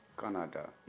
Canada